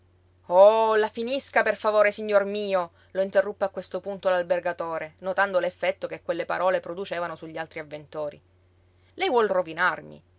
oh la finisca per favore signor mio lo interruppe a questo punto l'albergatore notando l'effetto che quelle parole producevano sugli altri avventori lei vuol rovinarmi